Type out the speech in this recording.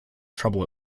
trouble